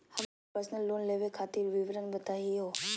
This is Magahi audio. हमनी के पर्सनल लोन लेवे खातीर विवरण बताही हो?